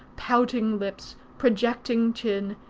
pouting lips, projecting chin,